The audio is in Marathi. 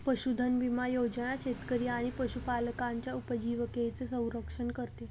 पशुधन विमा योजना शेतकरी आणि पशुपालकांच्या उपजीविकेचे संरक्षण करते